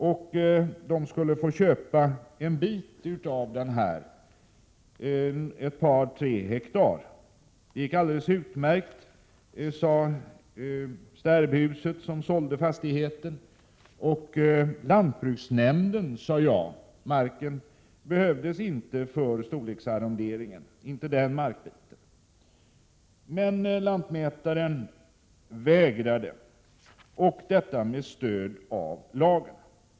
Familjen skulle få köpa till en bit — två tre hektar — av den intilliggande jordbruksfastigheten. Det gick alldeles utmärkt, sade den som representerade det sterbhus som sålde fastigheten. Lantbruksnämnden sade också ja. Den aktuella markbiten behövdes inte för storleksarrondering. Lantmätaren däremot vägrade, med stöd av lagen.